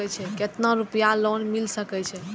केतना रूपया लोन मिल सके छै?